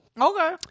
Okay